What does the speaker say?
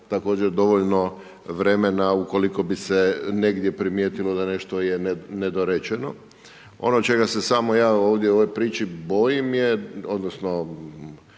također dovoljno vremena, ukoliko bi se negdje primijetilo da nešto je nedorečeno. Ono čega se samo ja ovdje u ovoj priči bojim, odnosno,